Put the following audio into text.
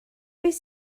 beth